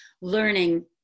learning